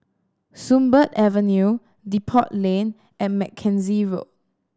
Sunbird Avenue Depot Lane and Mackenzie Road